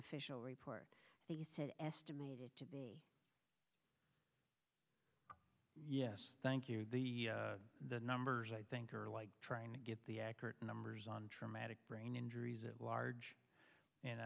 official report that you said estimated to be yes thank you the numbers i think are like trying to get the accurate numbers on traumatic brain injuries at large and